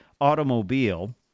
automobile